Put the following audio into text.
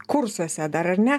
kursuose dar ar ne